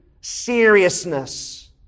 seriousness